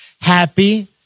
happy